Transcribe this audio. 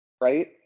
Right